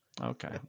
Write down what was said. Okay